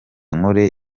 nkore